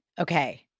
Okay